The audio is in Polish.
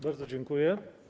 Bardzo dziękuję.